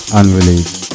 unreleased